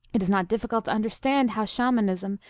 it is not difficult to understand how shamanism,